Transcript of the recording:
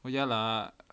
oh ya lah